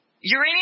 Uranium